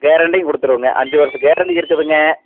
கேரண்ட்டியும் கொடுத்துடுவோங்க அஞ்சு வருஷம் கேரண்ட்டி இருக்குதுங்க